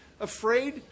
afraid